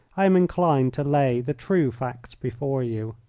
i am inclined to lay the true facts before you.